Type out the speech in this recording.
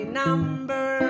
number